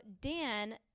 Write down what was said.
Dan